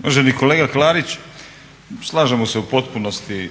Uvaženi kolega Klarić, slažemo se u potpunosti.